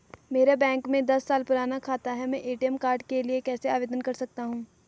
मेरा बैंक में दस साल पुराना खाता है मैं ए.टी.एम कार्ड के लिए कैसे आवेदन कर सकता हूँ?